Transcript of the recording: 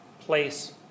place